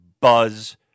buzz